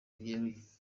byeruye